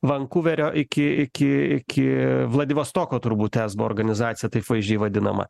vankuverio iki iki iki vladivostoko turbūt esbo organizacija taip vaizdžiai vadinama